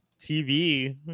TV